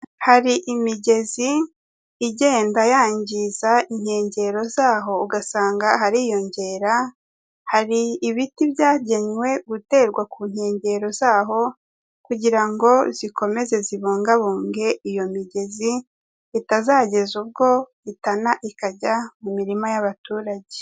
Hari imigezi igenda yangiza inkengero zaho ugasanga hariyongera, hari ibiti byagenywe guterwa ku nkengero zaho kugira ngo zikomeze zibungabunge iyo migezi, itazageza ubwo itana ikajya mu mirima y'abaturage.